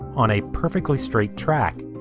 on a perfectly straight track.